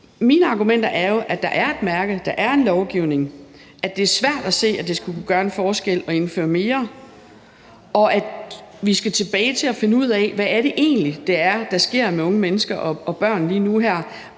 Mine argumenter er jo, at der er et mærke; at der er en lovgivning; at det er svært at se, at det skulle kunne gøre en forskel at indføre mere; og at vi skal tilbage til at finde ud af, hvad det egentlig er, der sker med unge mennesker og børn lige nu her: